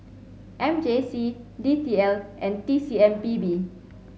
M J C D T L and T C M B B